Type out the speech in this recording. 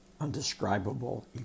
undescribable